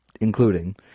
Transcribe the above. including